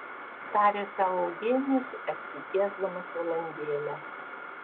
tarė sau eugenijus atsitiesdamas valandėlę